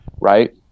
right